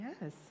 Yes